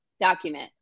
document